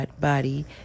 body